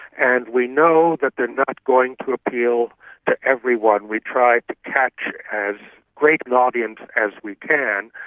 and we know that they are not going to appeal to everyone. we tried to catch as great an audience as we can,